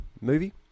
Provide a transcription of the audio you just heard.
movie